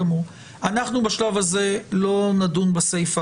בשלב הזה לא נדון בסיפה,